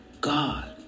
God